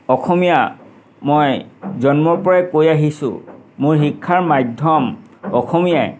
অসমীয়া মই জন্মৰ পৰাই কৈ আহিছোঁ মোৰ শিক্ষাৰ মাধ্যম অসমীয়াই